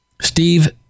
Steve